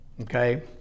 okay